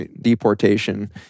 deportation